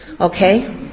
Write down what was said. okay